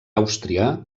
àustria